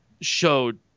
showed